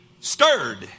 stirred